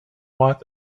what